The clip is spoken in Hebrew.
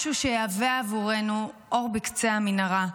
משהו שיהווה עבורנו אור בקצה המנהרה.